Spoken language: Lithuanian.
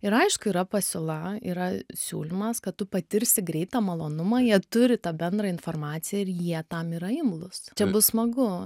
ir aišku yra pasiūla yra siūlymas kad tu patirsi greitą malonumą jie turi tą bendrą informaciją ir jie tam yra imlūs čia bus smagu